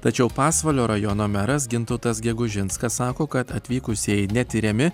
tačiau pasvalio rajono meras gintautas gegužinskas sako kad atvykusieji netiriami